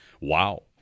Wow